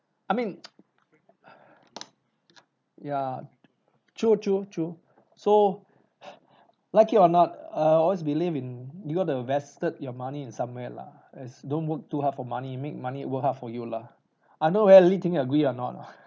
I mean ya true true true so like it or not err I always believe in you gotta vested your money in somewhere lah as don't work too hard for money make money work hard for you lah I don't know whether li ting agree or not lah